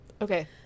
okay